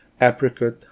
apricot